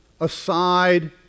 aside